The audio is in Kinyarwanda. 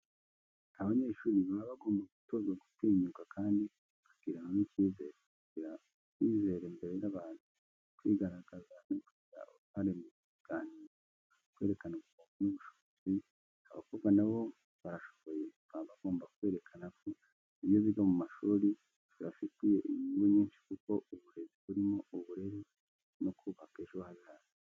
Abanyeshuri baba bagomba gutozwa gutinyuka kandi bakiremamo ikizere. Kugira icyizere imbere y’abantu, kwigaragaza no kugira uruhare mu biganiro, kwerekana ubumenyi n'ubushobozi, abakobwa nabo barashoboye baba bagomba kwerekana ko ibyo biga mu mashuri bibafitiye inyungu nyinshi kuko uburezi burimo uburere no kubaka ejo hazaza.